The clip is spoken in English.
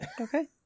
Okay